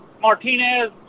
Martinez